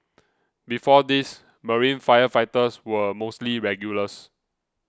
before this marine firefighters were mostly regulars